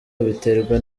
abiterwa